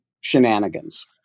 shenanigans